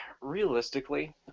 Realistically